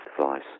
device